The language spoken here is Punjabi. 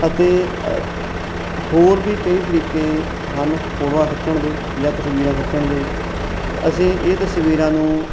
ਅਤੇ ਅ ਹੋਰ ਵੀ ਕਈ ਤਰੀਕੇ ਹਨ ਫੋਟੋਆਂ ਖਿੱਚਣ ਦੇ ਜਾਂ ਤਸਵੀਰਾਂ ਖਿੱਚਣ ਦੇ ਅਸੀਂ ਇਹ ਤਸਵੀਰਾਂ ਨੂੰ